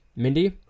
Mindy